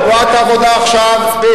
מספיק.